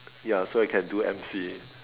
ya so I can do M_C